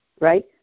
right